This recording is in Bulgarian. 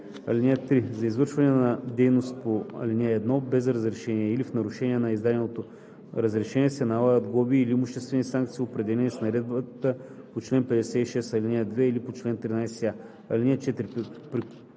13а. (3) За извършване на дейност по ал. 1 без разрешение или в нарушение на издаденото разрешение се налагат глоби или имуществени санкции, определени с наредбата по чл. 56, ал. 2 или по чл. 13а. (4)